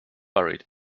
buried